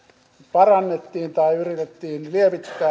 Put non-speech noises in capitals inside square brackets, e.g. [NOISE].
parannettiin tai niitä vaikeuksia yritettiin lievittää [UNINTELLIGIBLE]